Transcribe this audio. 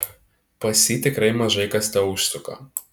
pas jį tikrai mažai kas teužsuka